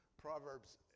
Proverbs